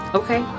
okay